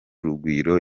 urugwiro